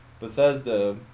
Bethesda